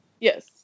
Yes